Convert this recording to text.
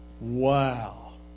Wow